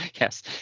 Yes